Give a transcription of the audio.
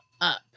up